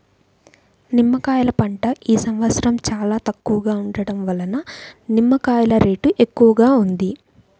నిమ్మకాయల పంట ఈ సంవత్సరం చాలా తక్కువగా ఉండటం వలన నిమ్మకాయల రేటు ఎక్కువగా ఉంది